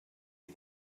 you